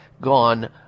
gone